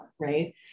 right